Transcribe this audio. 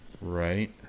Right